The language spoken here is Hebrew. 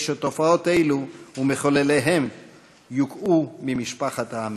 שתופעות אלה ומחולליהן יוקעו במשפחת העמים.